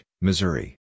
Missouri